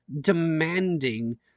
demanding